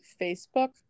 Facebook